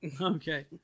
Okay